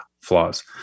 flaws